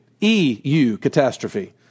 E-U-catastrophe